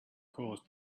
caused